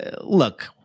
look